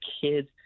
kids